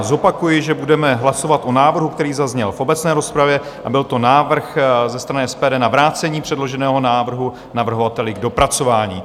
Zopakuji, že budeme hlasovat o návrhu, který zazněl v obecné rozpravě, a byl to návrh ze strany SPD na vrácení předloženého návrhu navrhovateli k dopracování.